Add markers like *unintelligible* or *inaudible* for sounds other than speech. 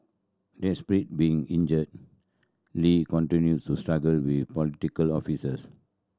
*unintelligible* being injured Lee continued to struggle with political officers